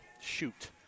Shoot